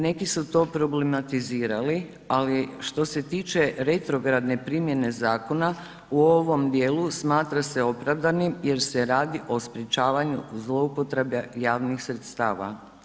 Neki su to problematizirali ali što se tiče retrogradne primjene zakona u ovom dijelu smatra se opravdanim jer se radi o sprječavanju zloupotrebe javnih sredstava.